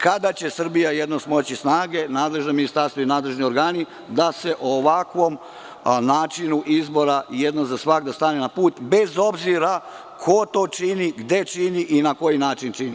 Kada će Srbija jednom smoći snage, nadležno ministarstvo i nadležni organi, da se ovakvom načinu izbora jednom za svagda stane na put, bez obzira ko to čini, gde čini i na koji način čini?